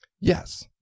Yes